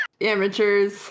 Amateurs